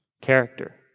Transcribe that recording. character